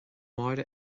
máire